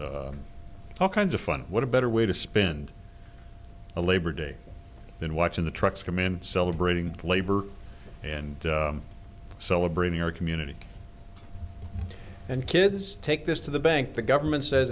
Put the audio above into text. all kinds of fun what a better way to spend a labor day then watching the trucks command celebrating labor and celebrating your community and kids take this to the bank the government says